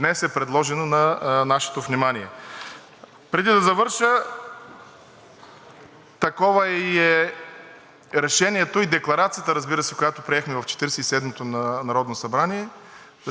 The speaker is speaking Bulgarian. Решението, и Декларацията, разбира се, която приехме в Четиридесет и седмото народно събрание, защото голям брой украински граждани получиха, и все още получават, постоянно пребиваващите в България,